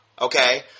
Okay